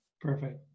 Perfect